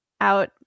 out